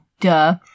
duh